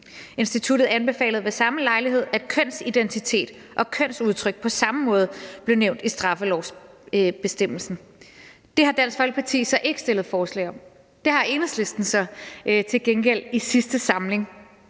Instituttet anbefalede ved samme lejlighed, at kønsidentitet og kønsudtryk på samme måde blev nævnt i straffelovsbestemmelsen. Det har Dansk Folkeparti så ikke stillet forslag om, men det har Enhedslisten så til gengæld i sidste samling.